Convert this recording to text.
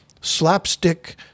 slapstick